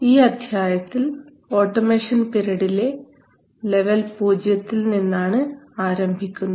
ഈ അധ്യായത്തിൽ ഓട്ടോമേഷൻ പിരമിഡിലെ ലെവൽ 0 യിൽ നിന്നാണ് ആണ് ആരംഭിക്കുന്നത്